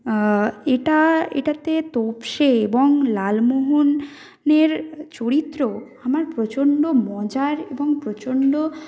এটা এটাতে তোপসে এবং লালমোহনের চরিত্র আমার প্রচণ্ড মজার এবং প্রচণ্ড